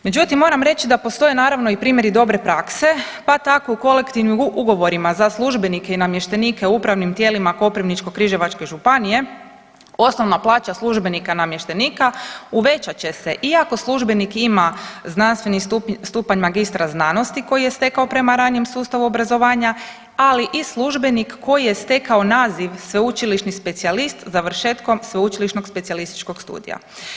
Međutim, moram reći da postoje naravno i primjeri dobre prakse pa tako u Kolektivnim ugovorima za službenike i namještenike u upravnim tijelima Koprivničko-križevačke županije osnovna plaća službenika, namještenika uvećat će se iako službenik ima znanstveni stupanj magistra znanosti koji je stekao prema ranijem sustavu obrazovanju, ali i službenik koji je stekao naziv sveučilišni specijalist završetkom sveučilišnog specijalističkog studija.